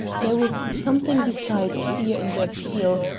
there was something besides fear in the appeal,